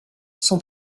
sont